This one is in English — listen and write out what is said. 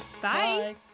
Bye